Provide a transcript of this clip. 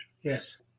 yes